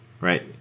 right